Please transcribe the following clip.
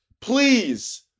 Please